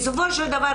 בסופו של דבר,